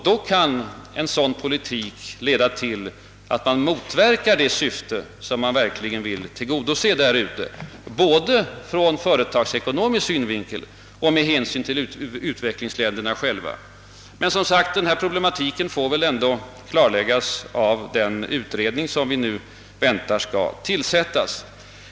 Då kan en sådan politik leda till att man motverkar det syfte man verkligen vill tillgodose, både från företagsekonomisk synvinkel och med hänsyn till utvecklingsländerna själva. Men som sagt problematiken får väl ändå klarläggas av den utredning som vi nu väntar skall tillsättas.